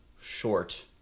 short